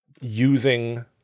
using